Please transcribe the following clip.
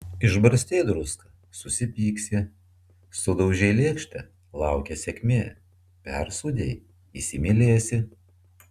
išbarstei druską susipyksi sudaužei lėkštę laukia sėkmė persūdei įsimylėsi